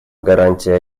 гарантий